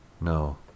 No